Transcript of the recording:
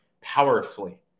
powerfully